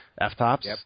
F-Tops